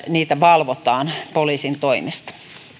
niitä tulee valvoa poliisin toimesta